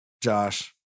Josh